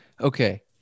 okay